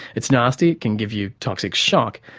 it's nasty, it can give you toxic shock.